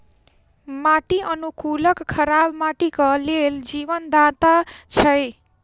माटि अनुकूलक खराब माटिक लेल जीवनदाता छै